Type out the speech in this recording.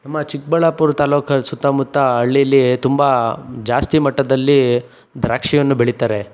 ನಮ್ಮ ಚಿಕ್ಬಳ್ಳಾಪುರ ತಾಲೂಕಲ್ಲಿ ಸುತ್ತಮುತ್ತ ಹಳ್ಳೀಲಿ ತುಂಬ ಜಾಸ್ತಿ ಮಟ್ಟದಲ್ಲಿ ದ್ರಾಕ್ಷಿಯನ್ನು ಬೆಳೀತಾರೆ